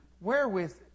wherewith